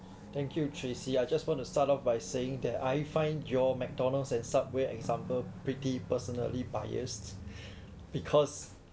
thank you tracey I just wanna start off by saying that I find your McDonald's and Subway example pretty personally biased because